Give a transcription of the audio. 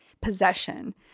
possession